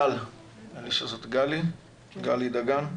נט"ל גלי דגן בבקשה.